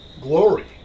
glory